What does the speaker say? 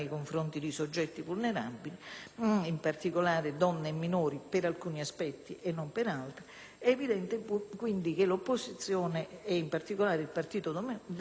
È evidente quindi che l'opposizione e in particolare il Partito Democratico sosterrà queste norme anche in Aula. Mi sia consentito dire, però, che si tratta delle uniche norme